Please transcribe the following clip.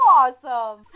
awesome